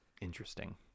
Interesting